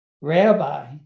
Rabbi